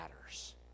matters